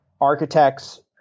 architects